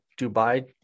Dubai